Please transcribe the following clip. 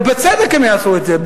ובצדק הם יעשו את זה.